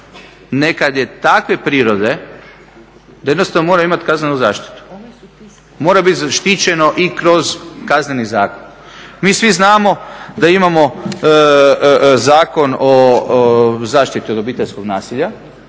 nekada je takve prirode da jednostavno mora imati kaznenu zaštitu, mora biti zaštićeno i kroz Kazneni zakon. Mi svi znamo da imamo Zakon o zaštiti od obiteljskog nasilja